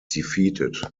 defeated